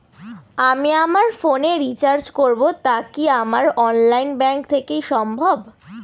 আমি আমার ফোন এ রিচার্জ করব টা কি আমার অনলাইন ব্যাংক থেকেই সম্ভব?